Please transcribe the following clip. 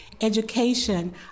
Education